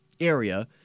area